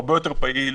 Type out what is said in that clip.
הרבה יותר פעיל,